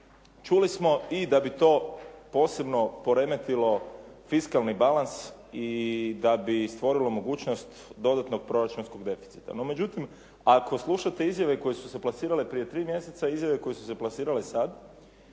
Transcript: čuli smo i da bi to posebno poremetilo fiskalni balans i da bi stvorilo mogućnost dodatnog proračunskog deficita. No, međutim ako slušate izjave koje su se plasirale prije tri mjeseca i izjave koje su se plasirale sada,